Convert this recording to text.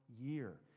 year